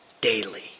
daily